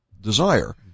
desire